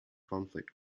conflict